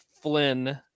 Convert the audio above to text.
Flynn